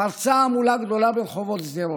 פרצה המולה גדולה ברחובות שדרות.